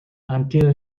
until